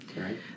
Right